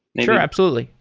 sure. absolutely.